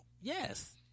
Yes